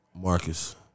Marcus